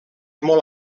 molt